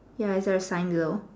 ya it's a sign below